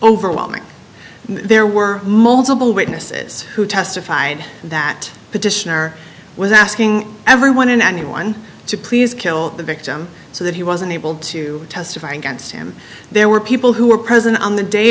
overwhelming there were multiple witnesses who testified that petitioner was asking everyone and anyone to please kill the victim so that he was unable to testify against him there were people who were present on the day